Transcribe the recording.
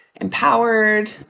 empowered